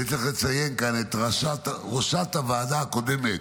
אני תכף אציין כאן את ראשת הוועדה הקודמת,